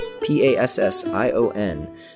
P-A-S-S-I-O-N